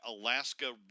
Alaska